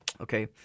Okay